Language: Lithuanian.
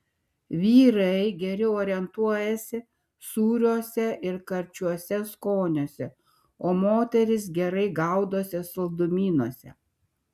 vyrai geriau orientuojasi sūriuose ir karčiuose skoniuose o moterys gerai gaudosi saldumynuose